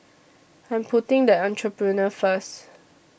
I'm putting the Entrepreneur First